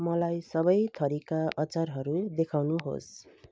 मलाई सबै थरीका अचारहरू देखाउनुहोस्